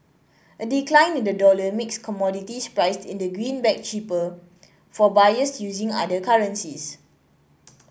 a decline in the dollar makes commodities priced in the greenback cheaper for buyers using other currencies